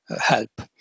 help